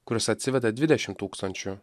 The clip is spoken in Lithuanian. kuris atsiveda dvidešimt tūkstančių